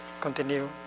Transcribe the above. continue